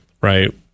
right